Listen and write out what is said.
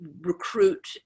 recruit